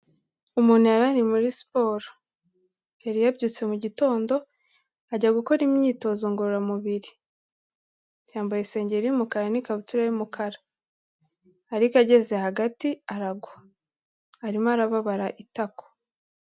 Umuntu yari ari muri siporo, yari yabyutse mu gitondo ajya gukora imyitozo ngororamubiri, yambaye isengeri y'umukara n'ikabutura y'umukara, ariko ageze hagati aragwa, arimo arababara itako.